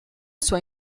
sua